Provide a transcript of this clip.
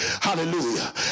Hallelujah